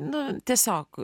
na tiesiog